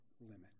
limit